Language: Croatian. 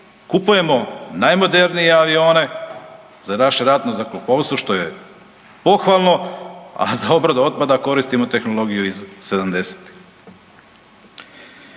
Kupujemo najmodernije avione za naše Ratno zrakoplovstvo, što je pohvalno, a za obradu otpada koristimo tehnologiju iz 70-ih.